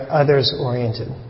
others-oriented